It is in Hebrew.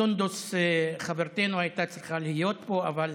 סונדוס חברתנו הייתה צריכה להיות פה, אבל